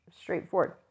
Straightforward